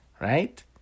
Right